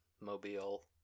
mobile